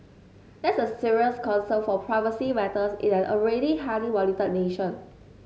that's a serious concern for privacy matters in an already highly monitored nation